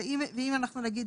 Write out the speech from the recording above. ואם אנחנו נגיד,